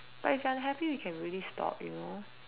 but if you're unhappy we can really stop you know